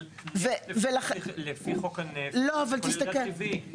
דרור בוימל אבל לפי חוק הנפט זה כולל גז טבעי.